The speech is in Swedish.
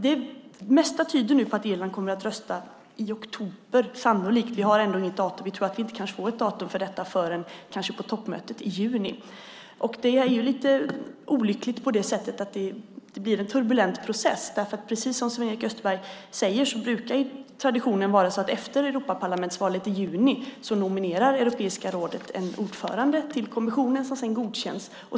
Det mesta tyder nu på att Irland sannolikt kommer att rösta i oktober. Vi har ännu inget datum, och vi tror att vi inte kommer att få ett datum för detta förrän kanske på toppmötet i juni. Det är lite olyckligt på det sättet att det blir en turbulent process. Precis som Sven-Erik Österberg säger brukar traditionen vara så att efter Europaparlamentsvalet i juni nominerar Europeiska rådet en ordförande till kommissionen, som sedan godkänns.